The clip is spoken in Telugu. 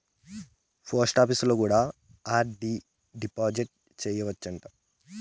పోస్టాపీసులో కూడా ఆర్.డి డిపాజిట్ సేయచ్చు అంట